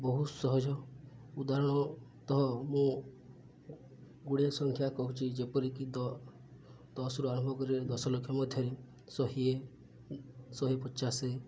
ବହୁତ ସହଜ ଉଦାହରଣତଃ ମୁଁ ଗୁଡ଼ିଏ ସଂଖ୍ୟା କହୁଛି ଯେପରିକି ଦ ଦଶରୁ ଅନୁଭବ କରି ଦଶଲକ୍ଷ ମଧ୍ୟରେ ଶହେ ଶହେ ପଚାଶ